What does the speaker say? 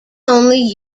only